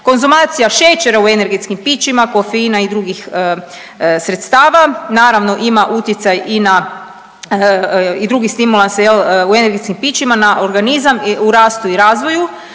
Konzumacija šećera i energetskim pićima kofeina i drugih sredstava, naravno ima utjecaj i na i druge stimulanse u energetskim pićima na organizam u rastu u razvoju